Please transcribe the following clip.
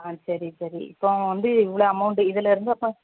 ஆ சரி சரி இப்போ வந்து இவ்வளோ அமௌண்டு இதுலேருந்து அப்போ